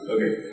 Okay